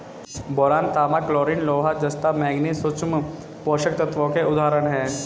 boron, तांबा, chlorine, लोहा, जस्ता, मैंगनीज सूक्ष्म पोषक तत्वों के उदाहरण हैं